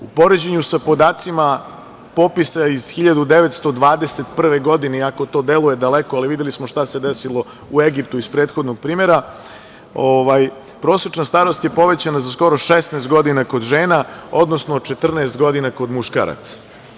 U poređenju sa podacima popisa iz 1921. godine, iako to deluje daleko, ali videli smo šta se desilo u Egiptu iz prethodnog primera, prosečna starost je povećana za skoro 16 godina kod žena, odnosno 14 godina kod muškaraca.